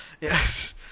Yes